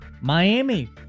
Miami